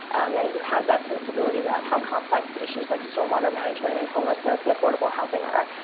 and who have that sensibility about how complex issues like storm water management and homelessness and affordable housing are.